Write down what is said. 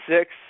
six